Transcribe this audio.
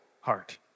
heart